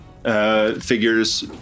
Figures